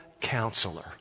Counselor